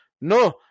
no